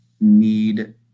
need